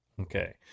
Okay